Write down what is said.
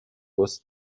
was